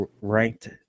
ranked